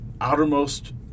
outermost